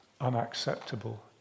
unacceptable